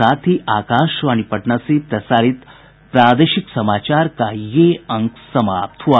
इसके साथ ही आकाशवाणी पटना से प्रसारित प्रादेशिक समाचार का ये अंक समाप्त हुआ